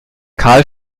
karl